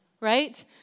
right